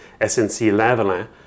SNC-Lavalin